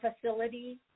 facility